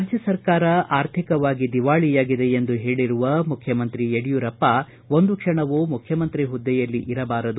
ರಾಜ್ಯ ಸರ್ಕಾರ ಆರ್ಥಿಕವಾಗಿ ದಿವಾಳಿಯಾಗಿದೆ ಎಂದು ಹೇಳರುವ ಯಡಿಯೂರಪ್ಪ ಒಂದು ಕ್ಷಣವೂ ಮುಖ್ಯಮಂತ್ರಿ ಹುದ್ದೆಯಲ್ಲಿ ಇರಬಾರದು